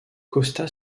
costa